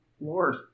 Lord